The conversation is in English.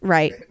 Right